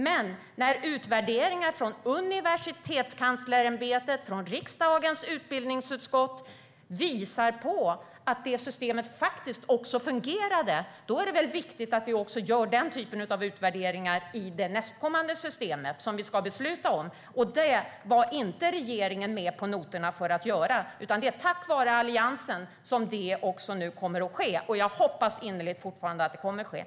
Men när utvärderingar från Universitetskanslersämbetet och från riksdagens utbildningsutskott visar på att det systemet faktiskt fungerade är det väl viktigt att vi också gör den typen av utvärderingar i det nästkommande systemet, som vi ska besluta om. När det gäller att göra det var regeringen inte med på noterna, utan det är tack vare Alliansen som det nu kommer att ske. Jag hoppas fortfarande innerligt att det kommer att ske.